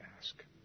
ask